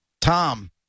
Tom